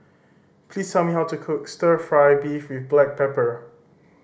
please tell me how to cook Stir Fry beef with black pepper